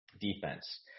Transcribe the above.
defense